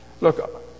Look